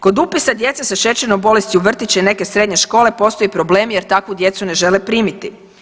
Kod upisa djece sa šećernom bolesti u vrtiće i neke srednje škole postoje problemi jer takvu djecu ne žele primiti.